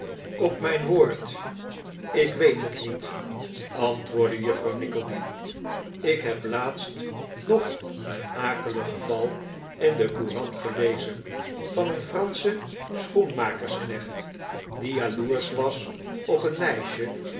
op mijn woord ik weet het niet antwoordde juffrouw nickleby ik heb laatst nog een akelig geval in de courant gelezen van een franschen schoenmakersknecht die jaloersch was op een meisje